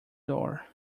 door